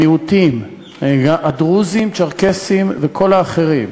המיעוטים, הדרוזים, הצ'רקסים וכל האחרים.